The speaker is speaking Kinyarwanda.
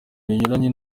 binyuranye